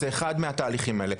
זה אחד מהתהליכים האלה.